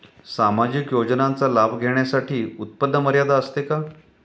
सामाजिक योजनांचा लाभ घेण्यासाठी उत्पन्न मर्यादा असते का?